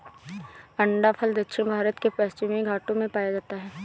अंडाफल दक्षिण भारत के पश्चिमी घाटों में पाया जाता है